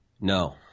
No